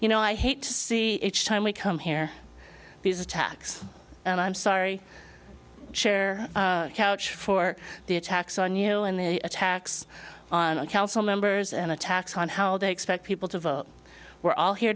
you know i hate to see each time we come here these attacks and i'm sorry chair couch for the attacks on you know and the attacks on council members and attacks on how they expect people to vote we're all here